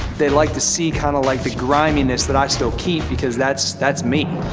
they like to see kind of like the griminess that i still keep because that's that's me.